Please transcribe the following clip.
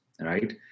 right